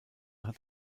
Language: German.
hat